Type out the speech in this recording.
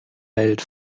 welt